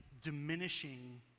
diminishing